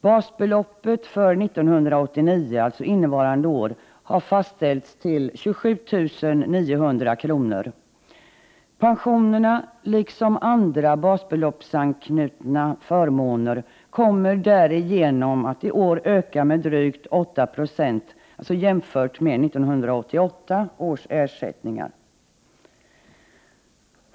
Basbeloppet för 1989, alltså innevarande år, har fastställts till 27 900 kronor. Pensionerna liksom andra basbeloppsanknutna förmåner kommer därigenom att i år öka med drygt 8 Zo jämfört med 1988 års ersättningar.